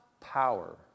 power